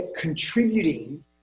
contributing